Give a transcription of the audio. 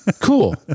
Cool